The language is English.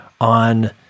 on